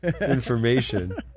information